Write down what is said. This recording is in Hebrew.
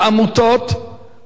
בחג הפסח האחרון,